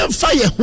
fire